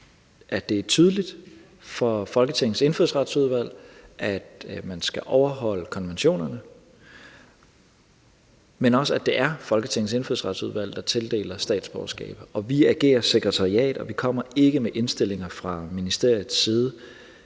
at det er tydeligt for Folketingets Indfødsretsudvalg, at man skal overholde konventionerne, men også, at det er Folketingets Indfødsretsudvalg, der tildeler statsborgerskab. Vi agerer som sekretariat, og vi kommer ikke med indstillinger fra ministeriets side.